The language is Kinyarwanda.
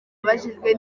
abajijwe